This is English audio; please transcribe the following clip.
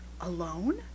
alone